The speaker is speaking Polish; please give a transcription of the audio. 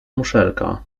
muszelka